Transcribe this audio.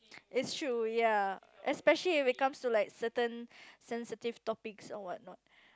it's true ya especially when it comes to like certain sensitive topics or what not